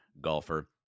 golfer